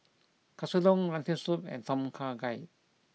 Katsudon Lentil Soup and Tom Kha Gai